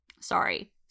sorry